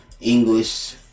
English